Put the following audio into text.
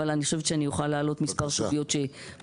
אבל אני חושבת שאני אוכל להעלות מספר סוגיות מטרידות.